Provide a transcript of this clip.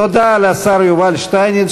תודה לשר יובל שטייניץ,